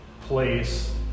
place